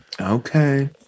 Okay